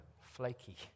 flaky